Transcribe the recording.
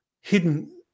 hidden